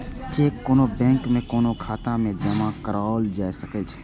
cheque कोनो bank में कोनो खाता मे जमा कराओल जा सकै छै